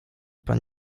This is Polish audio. pan